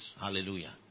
Hallelujah